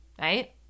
Right